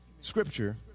scripture